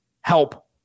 help